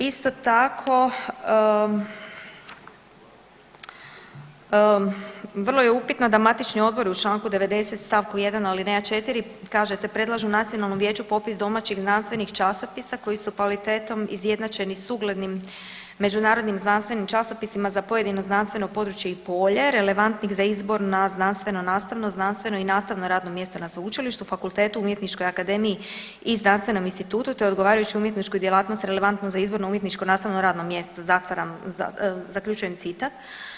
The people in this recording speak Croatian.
Isto tako vrlo je upitno da matični odbori u članku 90. stavku 1. alineja 4. kažete predlažu nacionalnim vijeću popis domaćih znanstvenih časopisa koji su kvalitetom izjednačeni sa uglednim međunarodnim znanstvenim časopisima za pojedino znanstveno područje i polje relevantnih za izbor na znanstveno nastavno, znanstveno i nastavno radno mjesto na sveučilištu, fakultetu, umjetničkoj akademiji i znanstvenom institutu, te odgovarajućoj umjetničkoj djelatnosti relevantno za izborno umjetničko nastavno radno mjesto, zaključujem citat.